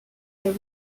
their